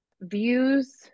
views